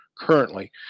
currently